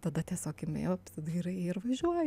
tada tiesiog imi apsidairai ir važiuoji